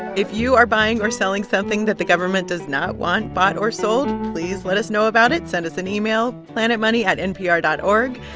if you are buying or selling something that the government does not want bought or sold, please let us know about it. send us an email planetmoney at npr dot o